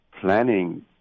planning